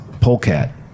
Polecat